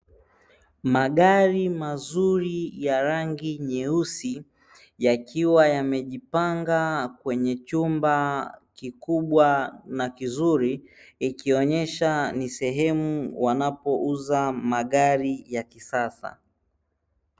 Magari Mazuri Ya rangi nyeusi yakiwa yamejipanga kwenye chumba kikubwa na kizuri ikionyesha ni sehemu wanapouza magari ya kisasa